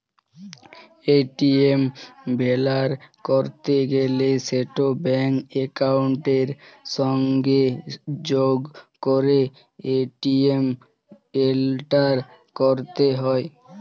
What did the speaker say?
ATM ব্যাভার ক্যরতে গ্যালে সেট ব্যাংক একাউলটের সংগে যগ ক্যরে ও.টি.পি এলটার ক্যরতে হ্যয়